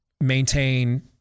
maintain